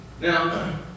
Now